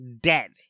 dead